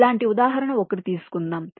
ఇలాంటి ఉదాహరణ ఒకటి తీసుకుందాం